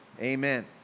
Amen